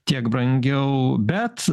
kiek brangiau bet